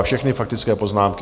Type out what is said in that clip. Všechno faktické poznámky.